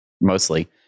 mostly